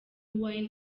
wine